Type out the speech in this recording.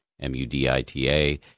M-U-D-I-T-A